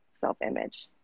self-image